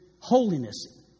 holiness